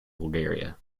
bulgaria